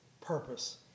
purpose